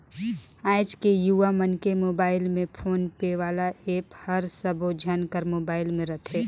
आएज के युवा मन के मुबाइल में फोन पे वाला ऐप हर सबो झन कर मुबाइल में रथे